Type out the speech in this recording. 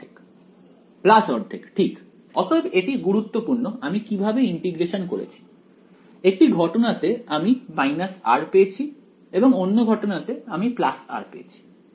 ½ ঠিক অতএব এটি গুরুত্বপূর্ণ আমি কিভাবে ইন্টিগ্রেশন করেছি একটি ঘটনাতে আমি r পেয়েছি এবং অন্য ঘটনাতে আমি r পেয়েছি